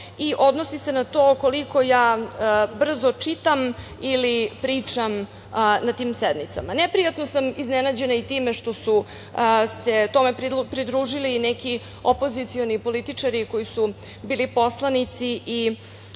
i odnosi se na to koliko ja brzo čitam ili pričam na tim sednicama. Neprijatno sam iznenađena i time što su se tome pridružili neki opozicioni političari koji su bili poslanici i